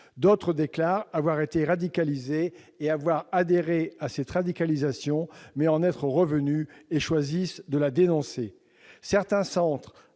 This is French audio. D'autres déclarent avoir été radicalisés et avoir adhéré à cette radicalisation, mais en être revenus, et choisissent de la dénoncer. Certains centres